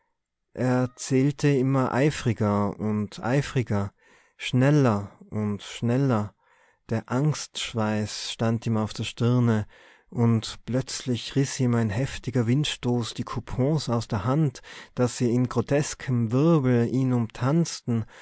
er zählte immer eifriger und eifriger schneller und schneller der angstschweiß stand ihm auf der stirne und plötzlich riß ihm ein heftiger windstoß die coupons aus der hand daß sie in groteskem wirbel ihn umtanzten